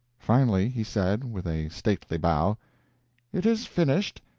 finally he said, with a stately bow it is finished.